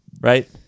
right